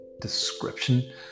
description